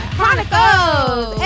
Chronicles